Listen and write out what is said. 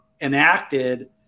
enacted